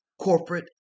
corporate